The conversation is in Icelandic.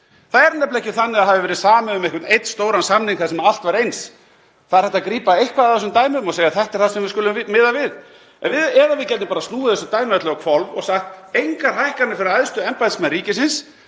Það er nefnilega ekki þannig að það hafi verið samið um einhvern einn stóran samning þar sem allt var eins, það er hægt að grípa eitthvað af þessum dæmum og segja: Þetta er það sem við skulum miða við. Eða við gætum bara snúið þessu dæmi öllu á hvolf og sagt: Engar hækkanir fyrir æðstu embættismenn ríkisins,